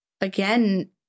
again